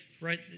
right